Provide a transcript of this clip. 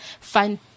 find